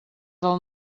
del